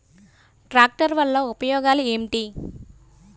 Tractor వల్ల ఉపయోగాలు ఏంటీ?